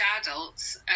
adults